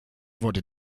wurde